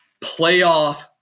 Playoff